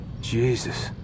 Jesus